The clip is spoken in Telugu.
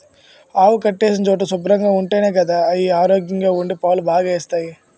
ఆవులు కట్టేసిన చోటు శుభ్రంగా ఉంటేనే గదా అయి ఆరోగ్యంగా ఉండి పాలు బాగా ఇస్తాయి